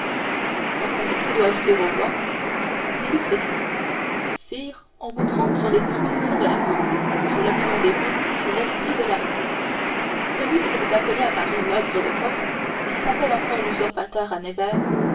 enfin que dois-je dire au roi dis-lui ceci sire on vous trompe sur les dispositions de la france sur l'opinion des villes sur l'esprit de l'armée celui que vous appelez à paris l'ogre de corse qui s'appelle encore l'usurpateur à nevers